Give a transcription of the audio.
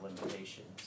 limitations